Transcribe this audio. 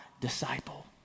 disciple